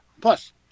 Plus